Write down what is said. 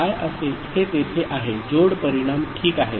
हे तेथे आहे जोड परिणाम ठीक आहे